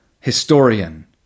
historian